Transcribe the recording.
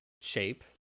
shape